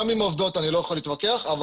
גם עם עובדות אני לא יכול להתווכח אבל